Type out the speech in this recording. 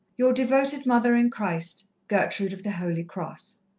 your devoted mother in christ, gertrude of the holy cross.